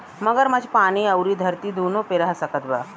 मगरमच्छ पानी अउरी धरती दूनो पे रह सकत बा